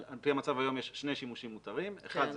על פי המצב היום יש שני שימושים מותרים האחד,